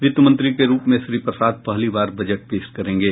वित्त मंत्री के रूप में श्री प्रसाद पहली बार बजट पेश करेंगे